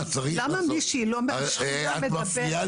למה מישהי לא מהשכונה מדברת?